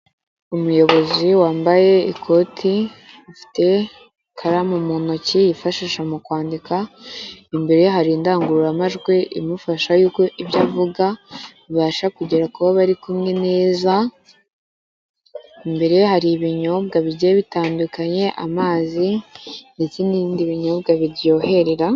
Umuyobozi wambaye ikoti afite ikaramu mu ntoki yifashisha mu kwandika imbere ye hari indangururamajwi imufasha yuko ibyo avuga bibasha kugera kuwo barikumwe neza imbere ye hari ibinyobwa bigiye bitandukanye amazi, ndetse n'ibindi binyobwa biryoherera.